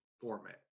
format